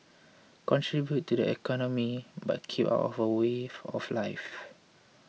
contribute to the economy but keep out of our way of life